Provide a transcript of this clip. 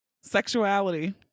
sexuality